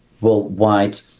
worldwide